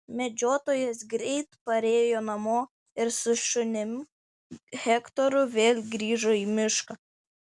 medžiotojas greit parėjo namo ir su šunim hektoru vėl grįžo į mišką